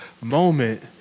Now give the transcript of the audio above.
moment